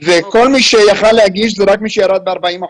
וכל מי שהיה יכול להגיש, רק מי שירד ב-40 אחוזים.